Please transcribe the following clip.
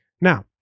now